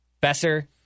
Besser